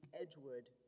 Edgewood